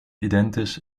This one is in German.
identisch